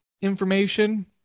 information